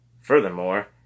Furthermore